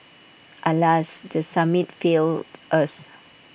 alas the summit failed us